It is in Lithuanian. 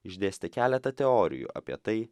išdėstė keletą teorijų apie tai